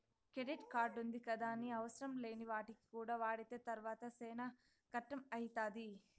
credit కార్డుంది గదాని అవసరంలేని వాటికి కూడా వాడితే తర్వాత సేనా కట్టం అయితాది